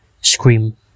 scream